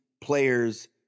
players